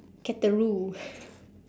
cataroo